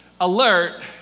alert